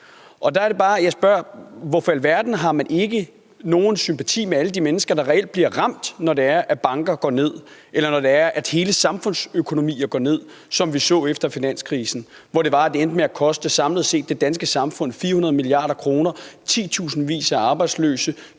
Der er det bare, jeg spørger: Hvorfor i alverden har man ikke nogen sympati med alle de mennesker, der reelt bliver ramt, når det er, at banker går ned, eller når hele samfundsøkonomier går ned, som vi så det efter finanskrisen, hvor det samlet set endte med at koste det danske samfund 400 mia. kr., titusindvis af arbejdsløse,